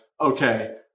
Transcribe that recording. okay